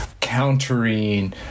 countering